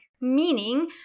meaning